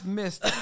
missed